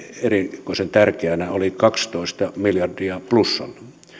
erikoisen tärkeänä oli kaksitoista miljardia plussalla